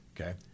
Okay